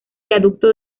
viaducto